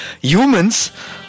humans